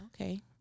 Okay